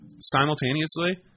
Simultaneously